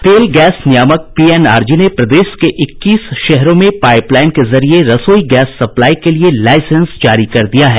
तेल गैस नियामक पीएनजीआरबी ने प्रदेश के इक्कीस शहरों में पाइपलाईन के जरिये रसोई गैस सप्लाई के लिए लाइसेंस जारी कर दिया है